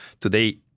today